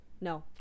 No